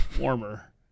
warmer